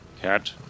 Cat